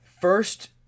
First